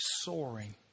soaring